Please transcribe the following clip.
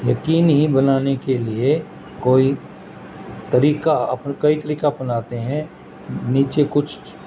یقینی بنانے کے لیے کوئی طریقہ کئی طریقہ اپناتے ہیں نیچے کچھ